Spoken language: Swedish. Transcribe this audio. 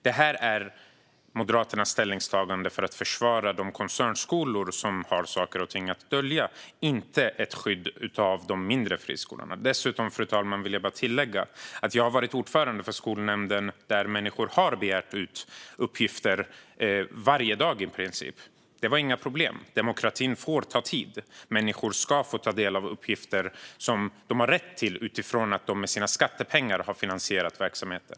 Det här är Moderaternas ställningstagande för att försvara de koncernskolor som har saker och ting att dölja, inte för att skydda de mindre friskolorna. Dessutom vill jag tillägga, fru talman, att jag har varit skolnämndsordförande. Människor begärde ut uppgifter i princip varje dag, och det var inga problem. Demokratin får ta tid. Människor ska få ta del av uppgifter som de har rätt att ta del av utifrån att de med sina skattepengar har finansierat verksamheten.